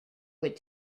would